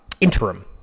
interim